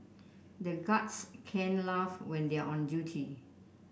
the guards can't laugh when they are on duty